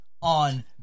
on